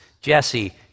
Jesse